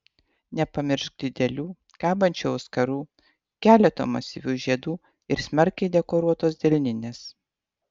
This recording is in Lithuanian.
nepamiršk didelių kabančių auskarų keleto masyvių žiedų ir smarkiai dekoruotos delninės